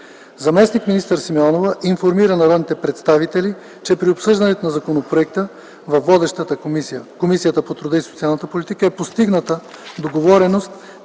Заместник министър Симеонова информира народните представители, че при обсъждането на законопроекта във водещата комисия – Комисията по труда и социалната политика, е постигната договореност